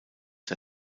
der